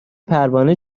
پروانه